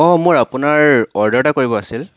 অ' মোৰ আপোনাৰ অৰ্ডাৰ এটা কৰিব আছিল